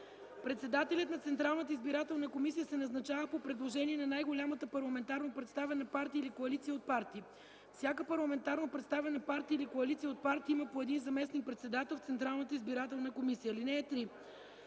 избирателна комисия се назначава по предложение на най-голямата парламентарно представена партия или коалиция от партии. Всяка парламентарно представена партия или коалиция от партии има по един заместник-председател в Централната